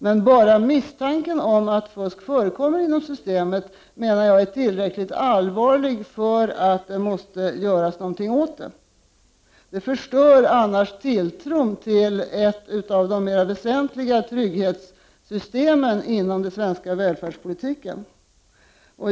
Men bara misstanken om att fusk förekommer inom systemet är enligt min uppfattning tillräckligt allvarligt för att något måste göras åt det. Annars förstörs tilltron till ett av de mera väsentliga trygghetssystemen inom den svenska välfärdspolitiken.